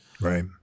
right